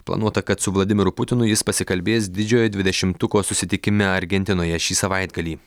planuota kad su vladimiru putinu jis pasikalbės didžiojo dvidešimtuko susitikime argentinoje šį savaitgalį